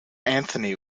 anthony